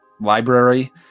library